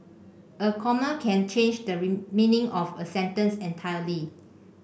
a comma can change the meaning of a sentence entirely